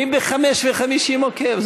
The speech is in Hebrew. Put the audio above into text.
מי ב-05:50 עוקב?